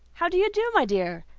how do you do, my dear?